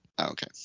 Okay